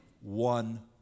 one